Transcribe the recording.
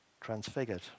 transfigured